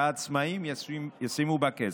שהעצמאים ישימו בה כסף,